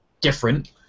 different